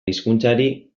hizkuntzari